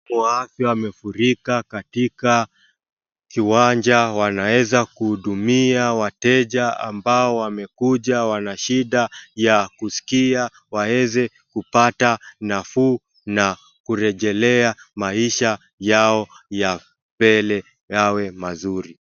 Wa afya wamefurika katika kiwanja wanaweza kuhudumia wateja ambao wamekuja wanashida ya kuskia waweze kupata nafuu na kerejelea maisha yao ya mbele yawe mazuri.